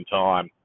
time